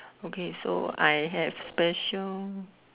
okay so I have special